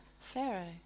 Pharaoh